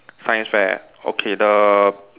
science fair okay the